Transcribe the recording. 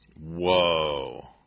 Whoa